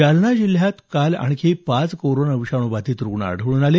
जालना जिल्ह्यात काल आणखी पाच कोरोना विषाणू बाधित रुग्ण आढळून आले